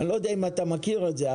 אני לא יודע אם אתה מכיר את זה.